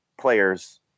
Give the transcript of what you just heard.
players